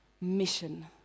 mission